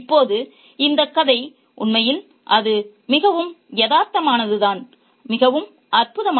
இப்போது இந்த கதை உண்மையில் அது மிகவும் யதார்த்தமானதது தான் மிகவும் அற்புதம்